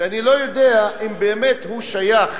ואני לא יודע אם באמת הוא שייך